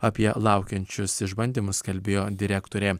apie laukiančius išbandymus kalbėjo direktorė